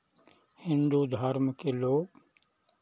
हिन्दू धर्म के लोग